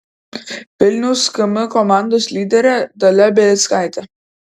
vilniaus km komandos lyderė dalia belickaitė